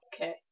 Okay